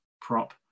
prop